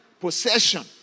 possession